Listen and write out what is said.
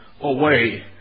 away